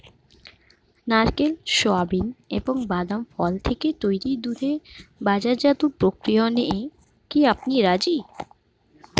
নারকেল, সোয়াবিন এবং বাদাম ফল থেকে তৈরি দুধের বাজারজাত প্রক্রিয়াকরণে কি আপনি রাজি?